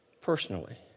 personally